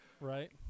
Right